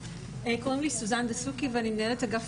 קוראים לי סוזן דסוקי ואני מנהלת האגף